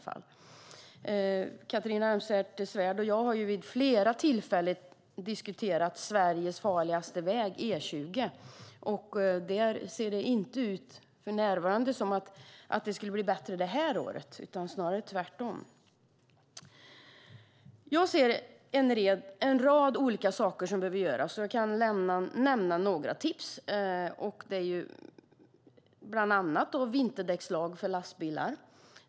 Catharina Elmsäter-Svärd och jag har vid flera tillfällen diskuterat Sveriges farligaste väg, E20. Det ser för närvarande inte ut som att det skulle bli bättre detta år utan snarare tvärtom. Jag ser en rad olika saker som behöver göras. Jag kan lämna några tips. Det är bland annat vinterdäckslag för lastbilar.